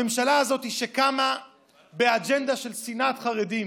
הממשלה הזאת שקמה באג'נדה של שנאת חרדים,